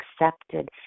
accepted